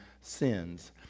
sins